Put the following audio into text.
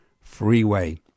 freeway